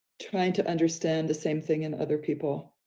trying to understand the same thing and other people.